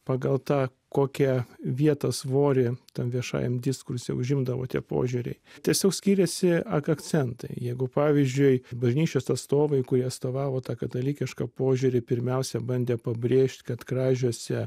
pagal tą kokią vietą svorį tam viešajam diskurse užimdavo tie požiūriai tiesiog skiriasi ak akcentai jeigu pavyzdžiui bažnyčios atstovai kurie atstovavo tą katalikišką požiūrį pirmiausia bandė pabrėžt kad kražiuose